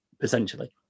potentially